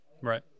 right